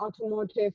automotive